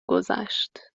گذشت